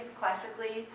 classically